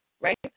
right